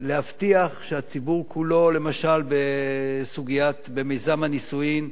להבטיח שהציבור כולו, למשל במיזם הנישואים,